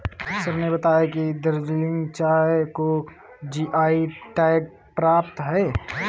sir ने बताया कि दार्जिलिंग चाय को जी.आई टैग प्राप्त है